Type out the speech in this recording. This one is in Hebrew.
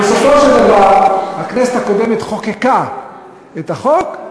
ובסופו של דבר הכנסת הקודמת חוקקה את החוק,